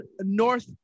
North